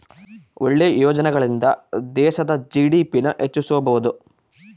ಒಳ್ಳೆ ಯೋಜನೆಗಳಿಂದ ದೇಶದ ಜಿ.ಡಿ.ಪಿ ನ ಹೆಚ್ಚಿಸ್ಬೋದು